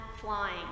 flying